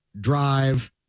drive